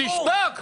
תשתוק,